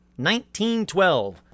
1912